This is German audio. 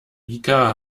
mika